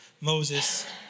Moses